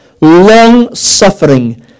long-suffering